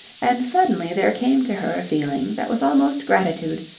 and suddenly there came to her a feeling that was almost gratitude,